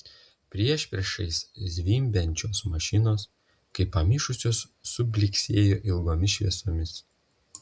priešpriešiais zvimbiančios mašinos kaip pamišusios sublyksėjo ilgomis šviesomis